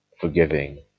forgiving